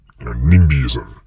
nimbyism